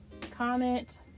comment